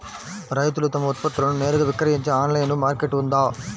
రైతులు తమ ఉత్పత్తులను నేరుగా విక్రయించే ఆన్లైను మార్కెట్ ఉందా?